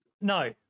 No